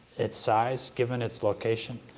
its size, given its location,